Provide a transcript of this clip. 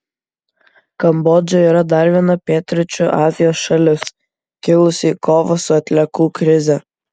kambodža yra dar viena pietryčių azijos šalis kilusi į kovą su atliekų krize